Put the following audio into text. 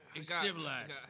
civilized